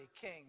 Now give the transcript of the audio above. king